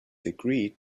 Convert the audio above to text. agreed